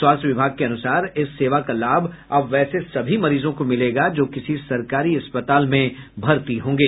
स्वास्थ्य विभाग के अनुसार इस सेवा का लाभ अब वैसे सभी मरीजों को मिलेगा जो किसी सरकारी अस्पताल में भर्ती होंगे